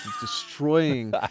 destroying